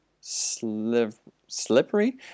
slippery